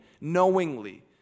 knowingly